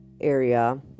area